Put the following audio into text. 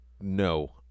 No